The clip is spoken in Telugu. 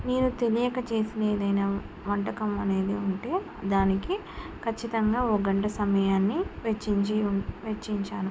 నేను తెలియక చేసి ఏదైనా వంటకం అనేది ఉంటే దానికి ఖచ్చితంగా ఒక గంట సమయాన్ని వేచించి వెచ్చించాను